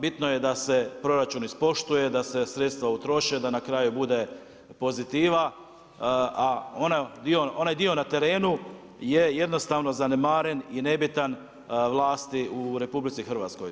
Bitno je da se proračun ispoštuje, da se sredstva utroše da na kraju bude pozitiva, a onaj dio na terenu je jednostavno zanemaren i nebitan u vlasti u RH.